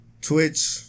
Twitch